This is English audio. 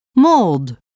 Mold